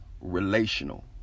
relational